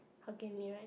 hokkien mee right